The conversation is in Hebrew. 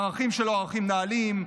הערכים שלו ערכים נעלים,